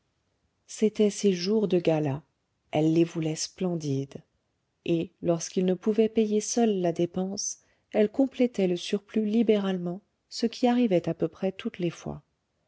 c'était ses jours de gala elle les voulait splendides et lorsqu'il ne pouvait payer seul la dépense elle complétait le surplus libéralement ce qui arrivait à peu près toutes les fois